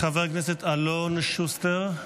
חבר הכנסת אלון שוסטר,